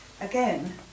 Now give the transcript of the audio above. again